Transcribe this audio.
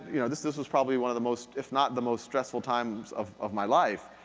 you know this this was probably one of the most, if not the most, stressful times of of my life.